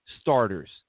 starters